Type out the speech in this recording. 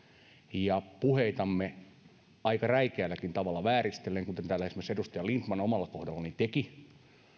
ja puheitamme aika räikeälläkin tavalla vääristelemme kuten täällä esimerkiksi edustaja lindtman omalla kohdallani teki